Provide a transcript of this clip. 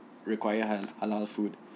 required hal~ halal food